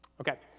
Okay